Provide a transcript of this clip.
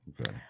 Okay